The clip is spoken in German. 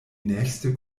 nächste